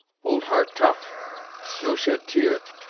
old heart tough no shed tear.